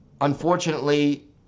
Unfortunately